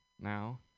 Now